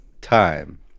time